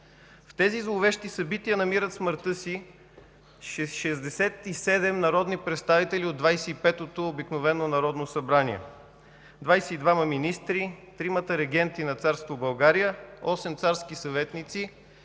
В тези зловещи събития намират смъртта си 67 народни представители от Двадесет и петото обикновено народно събрание – 22 министри – тримата регенти на царство България, 8 царски съветници,